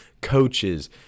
coaches